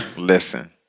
Listen